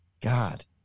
God